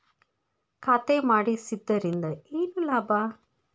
ಖಾತೆ ಮಾಡಿಸಿದ್ದರಿಂದ ಏನು ಲಾಭ?